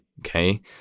okay